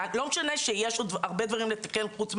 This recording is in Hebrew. לא משנה שיש עוד הרבה דברים לתקן חוץ,